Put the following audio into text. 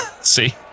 See